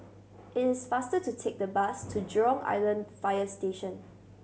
is faster to take the bus to Jurong Island Fire Station